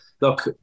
look